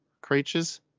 creatures